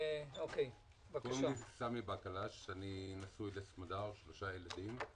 קוראים לי סמי בקלש, נשוי לסמדר ואב לשלושה ילדים.